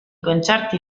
concerti